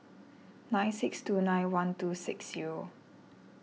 nine six two nine one two six zero